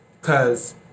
cause